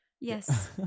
Yes